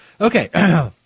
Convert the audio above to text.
Okay